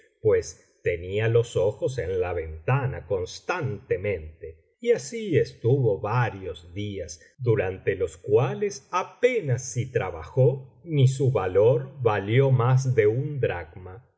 pues tenía los ojos en la ventana constantemente y así estuvo varios días durante los cuales apenas si trabajó ni su labor valió más de un dracnia